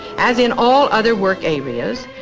as in all other work areas,